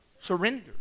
Surrender